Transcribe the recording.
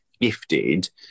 gifted